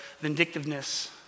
vindictiveness